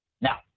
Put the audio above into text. Now